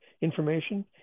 information